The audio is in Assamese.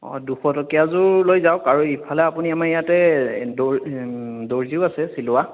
অ' দুশটকীয়া যোৰ লৈ যাওক আৰু ইফালে আপুনি আমাৰ ইয়াতে দ দৰ্জীও আছে চিলোৱা